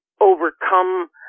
overcome